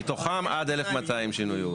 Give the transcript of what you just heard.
מתוכם עד 1,200 שינוי יעוד.